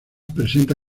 presenta